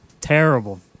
terrible